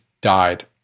died